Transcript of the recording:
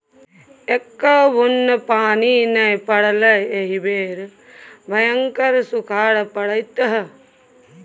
एक्को बुन्न पानि नै पड़लै एहि बेर भयंकर सूखाड़ पड़तै